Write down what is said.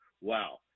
wow